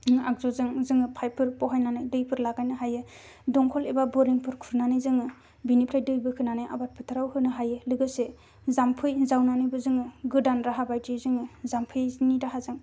आगजुजों जोङो पाइपफोर बहायनानै दैफोर लागायनो हायो दंखल एबा बरिंफोर खुरनानै जोङो बिनिफ्राय दै बोखोनानै आबाद फोथाराव होनो हायो लोगोसे जाम्फै जावनानैबो जोङो गोदान राहा बायदियै जोङो जाम्फैनि राहाजों